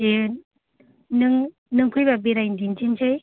दे नों फैबा बेरायनो दिनथिसै